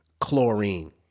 chlorine